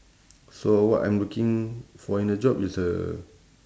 so what I'm looking for in a job is a